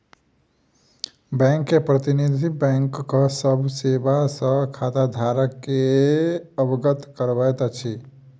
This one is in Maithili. बैंक के प्रतिनिधि, बैंकक सभ सेवा सॅ खाताधारक के अवगत करबैत अछि